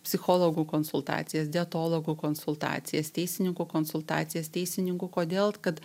psichologų konsultacijas dietologų konsultacijas teisininkų konsultacijas teisininkų kodėl kad